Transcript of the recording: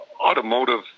automotive